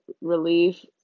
relief